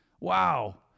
Wow